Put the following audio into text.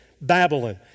Babylon